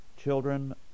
children